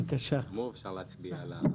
אפשר להצביע על התקנות.